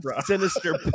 sinister